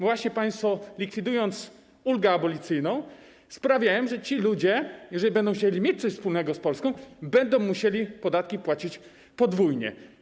Właśnie państwo, likwidując ulgę abolicyjną, sprawiają, że ci ludzie, jeżeli będą chcieli mieć coś wspólnego z Polską, będą musieli podatki płacić podwójnie.